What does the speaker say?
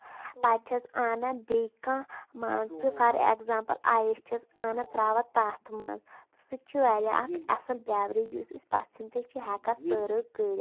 تہٕ پَتہٕ چھَس انان بیٚیہِ کانہہ مان ژٕ فار ایٚکزامپٕل اَیِس چھَس انان تراوان تَتھ منٛز تہٕ سُہ تہِ چھُ واریاہ اکھ اَصٕل بیوریج یُس أسۍ پَژھین تہِ چھِ ہیٚکان سٔرو کٔرِتھ